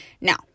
Now